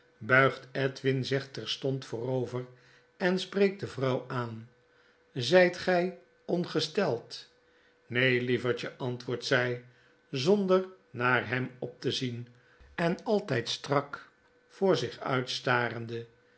buigt edwin zich terstond voorover en spreekt de vrouw aan ztjt gy ongesteld neen lievertje antwoordt zij zonder naar hem op te zien en altyd strak voor zich uitstarende